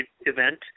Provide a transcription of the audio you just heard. event